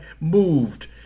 moved